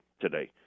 today